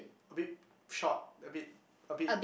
a bit short a bit a bit